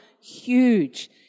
huge